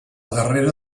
darrera